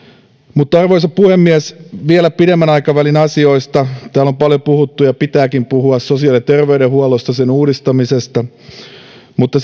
mutta arvoisa puhemies vielä pidemmän aikavälin asioista täällä on paljon puhuttu ja pitääkin puhua sosiaali ja terveydenhuollosta sen uudistamisesta mutta